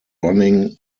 running